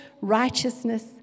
righteousness